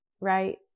right